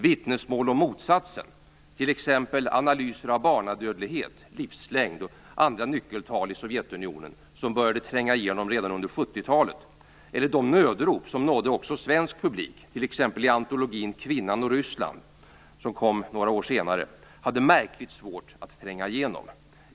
Vittnesmål om motsatsen, t.ex. analyser av barnadödlighet, livslängd och andra nyckeltal i Sovjetunionen, som började tränga igenom redan under 70-talet, eller de nödrop som nådde också svensk publik, t.ex. i antologin Kvinnan och Ryssland, som kom några år senare, hade märkligt svårt att tränga igenom.